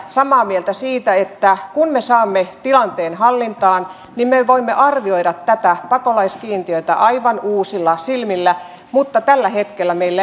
samaa mieltä siitä että kun me saamme tilanteen hallintaan niin me voimme arvioida tätä pakolaiskiintiötä aivan uusilla silmillä mutta tällä hetkellä meillä